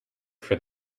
for